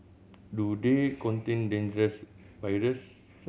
do they contain dangerous viruses